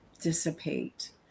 dissipate